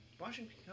Washington